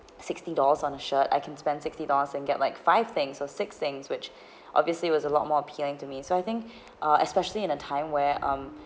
sixty dollars on a shirt I can spend sixty dollars and get like five things or six things which obviously was a lot more appealing to me so I think uh especially in a time where um